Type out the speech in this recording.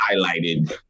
highlighted